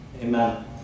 Amen